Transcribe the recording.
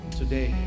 today